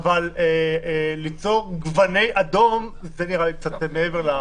ליצור גווני אדום, זה נראה לי קצת מעבר.